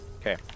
Okay